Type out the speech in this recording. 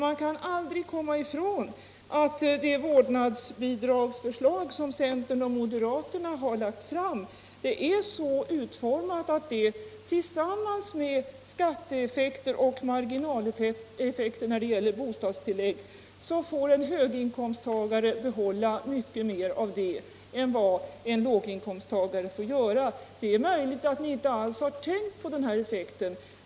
Man kan aldrig komma ifrån att det vårdnadsbidrag som centern och = Bosiadsbidrag moderaterna föreslår är så utformat att med skatteoch marginaleffekter när det gäller bostadstillägg en höginkomsttagare får behålla mycket mer av det bidraget än vad en låginkomsttagare får. Det är möjligt att ni inte alls har tänkt på den här effekten.